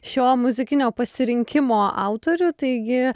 šio muzikinio pasirinkimo autorių taigi